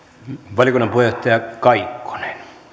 valiokunnan puheenjohtaja kaikkonen